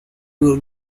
will